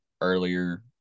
earlier